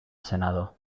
senado